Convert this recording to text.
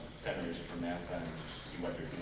centers for nasa and